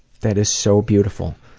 that is so beautiful.